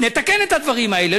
נתקן את הדברים האלה.